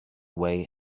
way